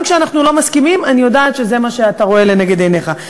גם כשאנחנו לא מסכימים אני יודעת שזה מה שאתה רואה לנגד עיניך.